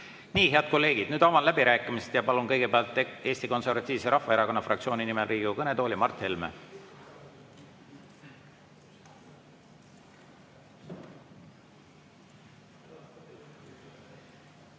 Nii, head kolleegid, avan läbirääkimised ja palun kõigepealt Eesti Konservatiivse Rahvaerakonna fraktsiooni nimel Riigikogu kõnetooli Mart Helme.